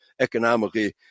economically